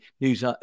news